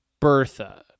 Bertha